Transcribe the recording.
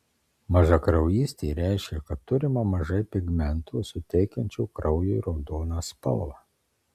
mažakraujystė reiškia kad turima mažai pigmento suteikiančio kraujui raudoną spalvą